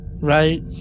Right